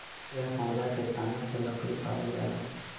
पेड़ पौधा के तना से लकड़ी पावल जाला